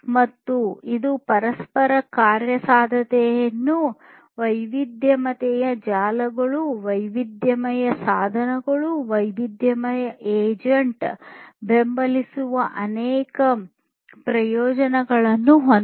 ಮತ್ತು ಇದು ಪರಸ್ಪರ ಕಾರ್ಯಸಾಧ್ಯತೆಯನ್ನು ವೈವಿಧ್ಯಮಯ ಜಾಲಗಳು ವೈವಿಧ್ಯಮಯ ಸಾಧನಗಳು ಮತ್ತು ವೈವಿಧ್ಯಮಯ ಏಜೆಂಟ್ ಬೆಂಬಲಿಸುವಂತಹ ಅನೇಕ ಪ್ರಯೋಜನಗಳನ್ನು ಹೊಂದಿದೆ